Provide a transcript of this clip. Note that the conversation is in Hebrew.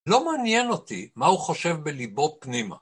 לא מעניין אותי מה הוא חושב בליבו פנימה.